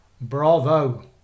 bravo